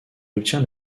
obtient